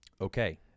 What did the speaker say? Okay